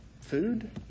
food